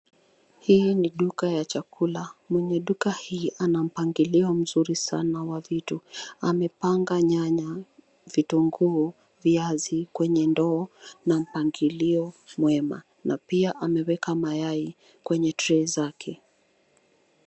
Hii ni duka ya chakula. Mwenye duka hii ana mpangilio mzuri sana wa vitu. Amepanga nyanya, vitunguu, viazi kwenye ndoo na mpangilio mwema na pia ameweka mayai kwenye tray zake.